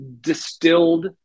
distilled